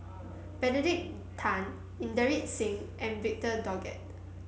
Benedict Tan Inderjit Singh and Victor Doggett